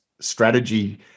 strategy